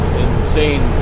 insane